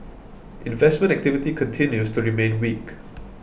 investment activity continues to remain weak